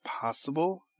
possible